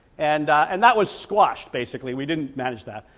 and and that was squashed basically we didn't manage that.